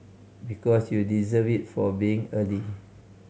because you deserve it for being early